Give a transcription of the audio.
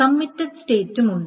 committed സ്റ്റേറ്റും ഉണ്ട്